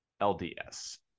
LDS